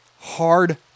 hard